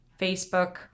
Facebook